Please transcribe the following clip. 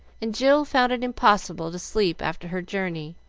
and jill found it impossible to sleep after her journey,